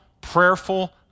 prayerful